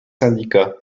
syndicats